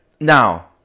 now